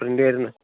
print വരുന്നത്